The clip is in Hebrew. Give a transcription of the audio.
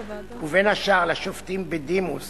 ובין השאר לשופטים בדימוס